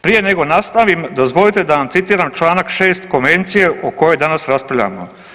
Prije nego nastavim dozvolite da vam citiram članak 6. Konvencije o kojoj danas raspravljamo.